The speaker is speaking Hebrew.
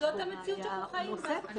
זאת המציאות שאנחנו חיים בה,